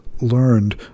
learned